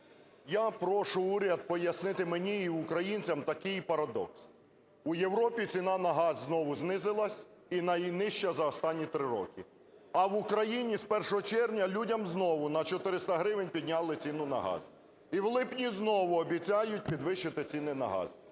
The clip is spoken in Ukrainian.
Я прошу уряд пояснити мені і українцям такий парадокс. У Європі ціна на газ знову знизилась і є найнижча за останні 3 роки. А в Україні з 1 червня людям знову на 400 гривень підняли ціну на газ і в липні знову обіцяють підвищити ціни на газ.